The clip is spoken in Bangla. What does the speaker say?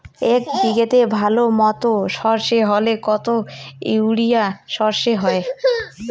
এক বিঘাতে ভালো মতো সর্ষে হলে কত ইউরিয়া সর্ষে হয়?